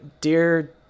dear